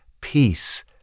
peace